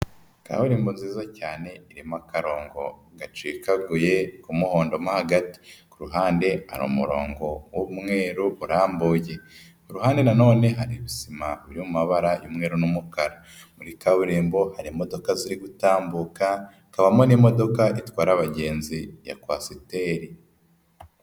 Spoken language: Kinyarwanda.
Kaburimbo nziza cyane irimo akarongo gacikaguye k'umuhondo mo hagati, ku ruhande hari umurongo umweru urambuye, ku ruhande nanone hari ibisima biri mu mabara y'umweru n'umukara, muri kaburimbo hari imodoka ziri gutambuka, hakabamo n'imodoka itwara abagenzi ya kwasiteri.